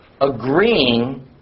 agreeing